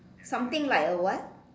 something like a what